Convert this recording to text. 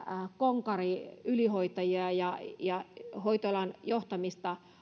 konkariylihoitajia ja ja hoitoalan johtamista